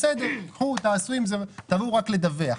בסדר, קחו ותעשו בעצמכם, תבואו רק לדווח.